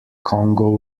congo